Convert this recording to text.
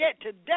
today